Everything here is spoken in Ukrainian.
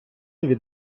від